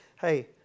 Hey